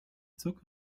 took